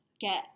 Get